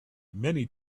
many